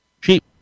Sheep